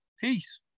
Peace